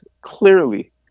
clearly